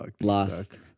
lost